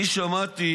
אני שמעתי